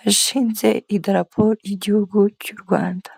hashinze Idarapo ry'Igihugu cy'u Rwanda.